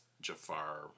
Jafar